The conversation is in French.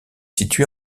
situé